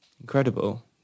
incredible